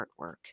Artwork